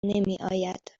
نمیآید